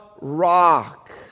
rock